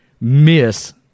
miss